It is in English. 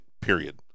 period